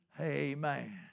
amen